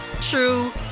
true